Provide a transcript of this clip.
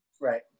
right